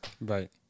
Right